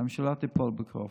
הממשלה תיפול בקרוב.